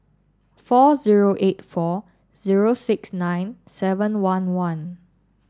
four zero eight four zero six nine seven one one